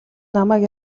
намайг